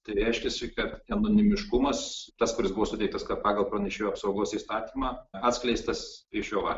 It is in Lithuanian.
tai reiškiasi kad anonimiškumas tas kuris buvo suteiktas pagal pranešėjo apsaugos įstatymą atskleistas prieš jo valią